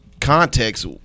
context